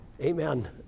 Amen